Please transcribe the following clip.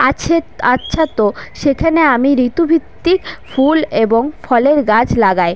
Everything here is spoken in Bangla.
আছে আচ্ছা তো সেখানে আমি ঋতুভিত্তিক ফুল এবং ফলের গাছ লাগাই